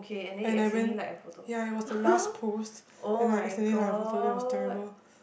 and I went ya it was the last post and then like it was like totally terrible